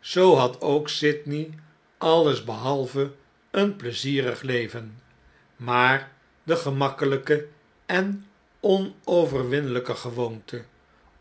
zoo had ook sydney alles behalve een pleizierig leven maar de gemakkeiyke en onoverwiniyke gewoonte